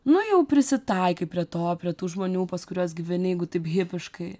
nu jau prisitaikai prie to prie tų žmonių pas kuriuos gyveni jeigu taip hipiškai